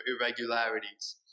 irregularities